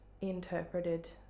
interpreted